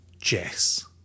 Jess